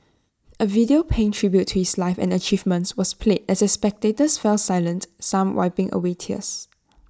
A video paying tribute to his life and achievements was played as the spectators fell silent some wiping away tears